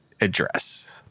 address